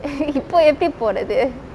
இப்போ எப்படி போறது:ippo eppadi porathu